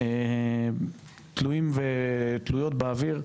תלויים ותלויות באוויר,